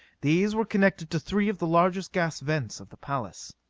these were connected to three of the largest gas vents of the palace.